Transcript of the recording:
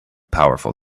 powerful